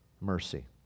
mercy